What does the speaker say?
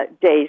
days